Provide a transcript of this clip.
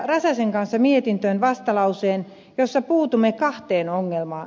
räsäsen kanssa mietintöön vastalauseen jossa puutumme kahteen ongelmaan